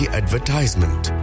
advertisement